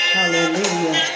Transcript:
Hallelujah